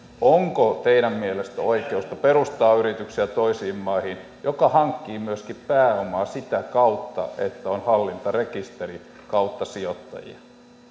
onko teidän mielestänne oikeutta perustaa yrityksiä toisiin maihin jotka hankkivat myöskin pääomaa sitä kautta että on hallintarekisterin kautta sijoittajia